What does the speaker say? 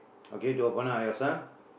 okay to open up yourself